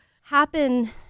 happen